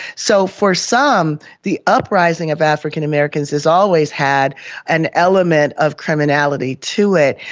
so for some the uprising of african-americans has always had an element of criminality to it.